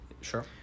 sure